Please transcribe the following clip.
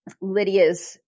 Lydia's